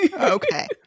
Okay